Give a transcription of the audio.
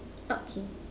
okay